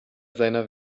seiner